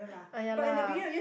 !aiya! lah